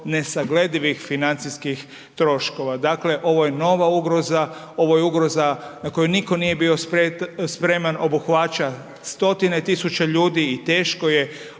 nesagledivih financijskih troškova. Dakle, ovo je nova ugroza, ovo je ugroza na koju niko nije bio spreman, obuhvaća stotine tisuća ljudi i teško je